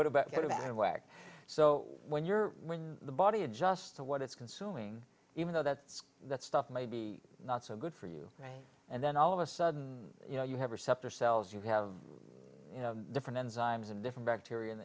way so when you're when the body adjusts to what it's consuming even though that's that stuff maybe not so good for you right and then all of a sudden you know you have receptor cells you have different enzymes and different bacteria